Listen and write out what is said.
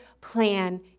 plan